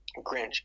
Grinch